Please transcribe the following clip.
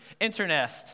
Internest